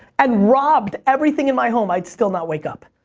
and robbed everything in my home, i'd still not wake up.